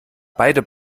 beide